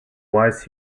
wise